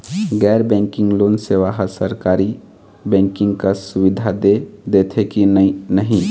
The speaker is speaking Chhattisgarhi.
गैर बैंकिंग लोन सेवा हा सरकारी बैंकिंग कस सुविधा दे देथे कि नई नहीं?